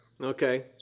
Okay